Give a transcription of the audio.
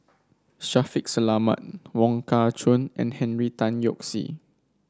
Shaffiq Selamat Wong Kah Chun and Henry Tan Yoke See